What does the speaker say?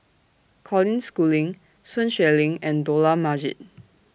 Colin Schooling Sun Xueling and Dollah Majid